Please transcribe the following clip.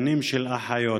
תקנים של אחיות,